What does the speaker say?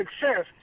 success